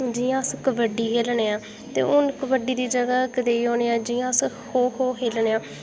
जि'यां अस कबड्डी खेलनआं ते हून कबड्डी दी जगहा कदें होन्नेआं जे अस खो खो खेलनेआं